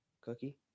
cookie